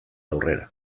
aurrera